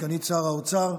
סגנית שר האוצר,